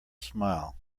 smile